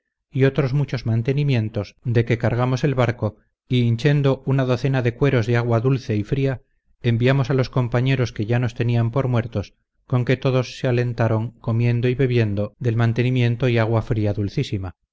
y otros muchos mantenimientos de que cargamos el barco y hinchendo una docena de cueros de agua dulce y fría enviamos a los compañeros que ya nos tenían por muertos con que todos se alentaron comiendo y bebiendo del mantenimiento y agua fría dulcísima